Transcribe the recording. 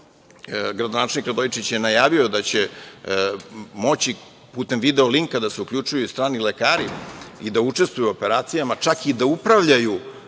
gradonačelnik Radojičić je najavio da će moći putem video linka da se uključuju i strani lekari i da učestvuju u operacijama, čak i da upravljaju